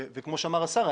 כמו שאמר השר,